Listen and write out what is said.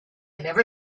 never